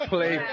Play